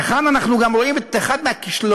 וכאן אנחנו גם רואים את אחד מהכישלונות